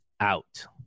out